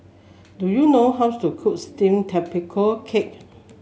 do you know how to cook steamed Tapioca Cake